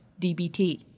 DBT